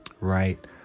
right